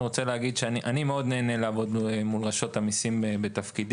אני רוצה להגיד שאני מאוד נהנה לעבוד מול רשות המיסים בתפקידי.